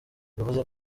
yavuze